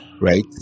Right